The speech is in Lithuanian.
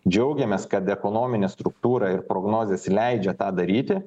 džiaugiamės kad ekonominė struktūra ir prognozės leidžia tą daryti